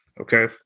okay